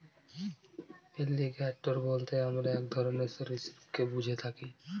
alligator বলতে আমরা এক ধরনের সরীসৃপকে বুঝে থাকি